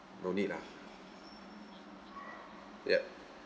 no need lah ya